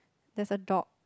there's a dog